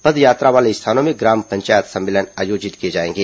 पदयात्रा वाले स्थानों में ग्राम पंचायत सम्मेलन आयोजित किए जाएंगे